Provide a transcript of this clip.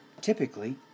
typically